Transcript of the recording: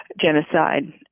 genocide